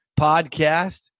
podcast